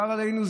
צר עלינו,